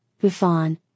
Buffon